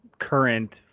current